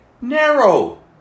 narrow